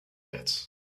pits